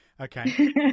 Okay